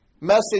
message